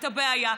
את הבעיה,